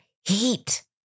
heat